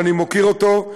ואני מוקיר אותו,